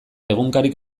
egunkarik